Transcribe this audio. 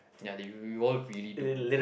ya they you all really do